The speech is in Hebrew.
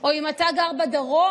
או אם אתה גר בדרום,